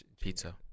Pizza